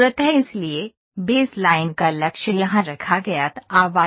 इसलिए baseline का लक्ष्य यहां रखा गया था वायर मेष